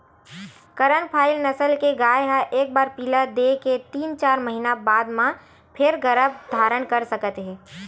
करन फ्राइ नसल के गाय ह एक बार पिला दे के तीन, चार महिना बाद म फेर गरभ धारन कर सकत हे